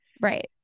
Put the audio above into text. Right